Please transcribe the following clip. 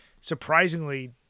surprisingly